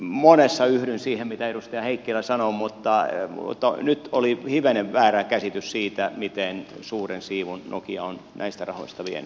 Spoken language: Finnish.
monessa yhdyn siihen mitä edustaja heikkilä sanoo mutta nyt oli hivenen väärä käsitys siitä miten suuren siivun nokia on näistä rahoista vienyt